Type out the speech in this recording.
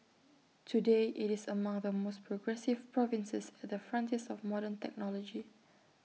today IT is among the most progressive provinces at the frontiers of modern technology